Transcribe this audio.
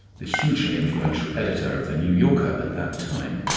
the hugely influential editor of the new yorker at that time,